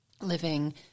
living